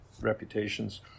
reputations